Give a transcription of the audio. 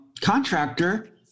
contractor